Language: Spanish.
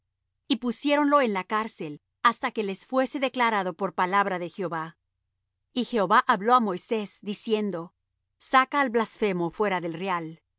y pusiéronlo en la cárcel hasta que les fuese declarado por palabra de jehová y jehová habló á moisés diciendo saca al blasfemo fuera del real